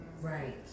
Right